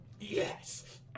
yes